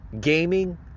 gaming